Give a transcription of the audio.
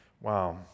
wow